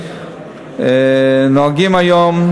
נוהגים היום,